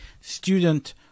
student